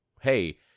hey